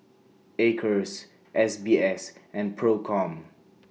Acres S B S and PROCOM